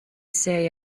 say